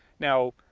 now,